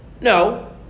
No